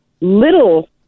little